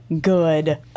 good